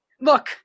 Look